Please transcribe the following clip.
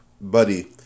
Buddy